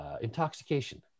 intoxication